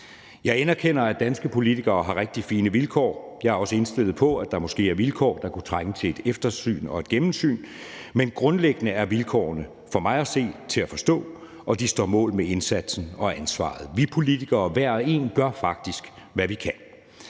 Jeg anerkender, at danske politikere har rigtig fine vilkår. Jeg er også indstillet på, at der måske er vilkår, der kunne trænge til et eftersyn og et gennemsyn, men grundlæggende er vilkårene for mig at se til at forstå, og de står mål med indsatsen og ansvaret. Vi politikere, hver og en, gør faktisk, hvad vi kan.